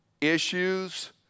issues